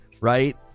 right